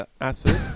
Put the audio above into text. acid